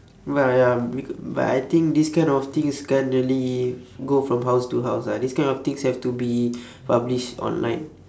ya ya becau~ but I think this kind of things can't really go from house to house ah this kind of things have to be published online